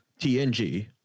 TNG